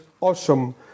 awesome